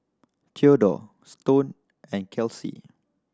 Theodore Stone and Kelcie